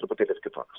tai todėl jis kitoks